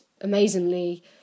amazingly